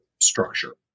structure